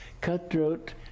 cutthroat